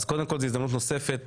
זאת הזדמנות להודות לכם,